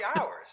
hours